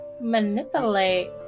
Manipulate